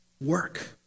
work